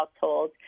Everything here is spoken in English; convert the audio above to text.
household